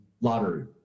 lottery